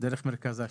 דרך מרכז ההשתלות?